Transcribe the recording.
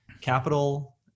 capital